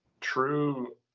true